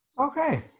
Okay